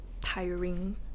tiring